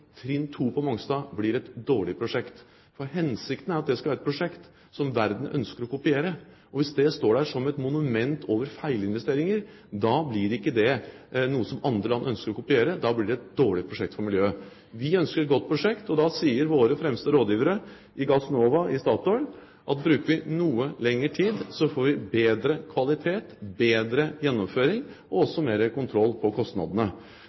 trinn 2 på Mongstad blir et dårlig prosjekt. Hensikten er at det skal være et prosjekt som verden ønsker å kopiere. Hvis det står der som et monument over feilinvesteringer, blir det ikke noe som andre land ønsker å kopiere – da blir det et dårlig prosjekt for miljøet. Vi ønsker et godt prosjekt, og da sier våre fremste rådgivere i Gassnova, i Statoil, at bruker vi noe lengre tid, får vi bedre kvalitet, bedre gjennomføring og også mer kontroll på kostnadene.